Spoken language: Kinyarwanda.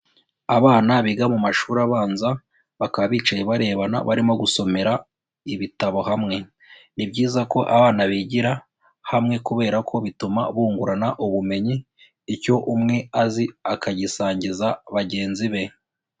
Abana biga mu mashuri abanza bakaba bicaye barebana, barimo gusomera ibitabo hamwe, ni byiza ko abana bigira hamwe kubera ko bituma bungurana ubumenyi, icyo umwe azi akagisangiza bagenzi be.